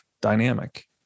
dynamic